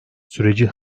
süreci